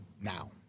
now